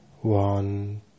One